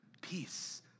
Peace